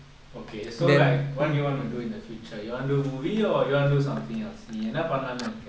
okay so like what do you want to do in the future you want do movie or you want to do something else நீ என்ன பண்ணலான்னு இருக்க:nee enna pannalanu irukka